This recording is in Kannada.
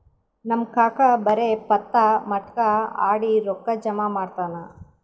ನಮ್ ಕಾಕಾ ಬರೇ ಪತ್ತಾ, ಮಟ್ಕಾ ಆಡಿ ರೊಕ್ಕಾ ಜಮಾ ಮಾಡ್ತಾನ